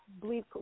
believe